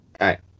right